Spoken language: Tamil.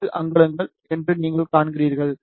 058 அங்குலங்கள் என்று நீங்கள் காண்கிறீர்கள்